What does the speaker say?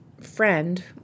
friend